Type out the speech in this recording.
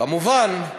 כמובן,